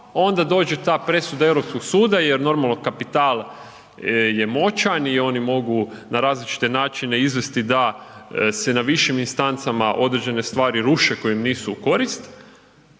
onda dođe ta presuda Europskog suda jer normalno kapital je moćan i oni mogu na različite načine izvesti da se na višim instancama određene stvari ruše koje im nisu u korist,